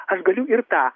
aš galiu ir tą